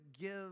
give